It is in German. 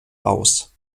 aus